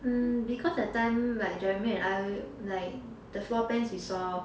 mm because that time like jeremy and I like the floor plans we saw